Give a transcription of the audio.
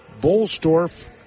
Bolstorff